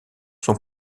sont